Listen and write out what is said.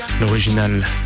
l'original